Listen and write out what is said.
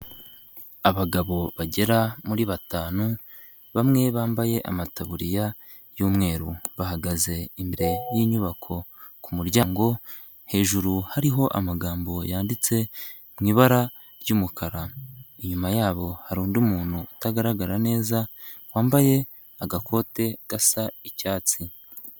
Abagabo bagera muri batanu, bamwe bambaye amataburiya y'umweru, bahagaze imbere y'inyubako ku muryango hejuru hariho amagambo yanditse mu ibara ry'umukara, inyuma yabo hari undi muntu utagaragara neza wambaye agakote gasa icyatsi.